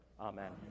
Amen